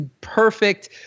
perfect